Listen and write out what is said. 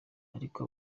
ariko